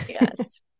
Yes